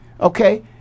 Okay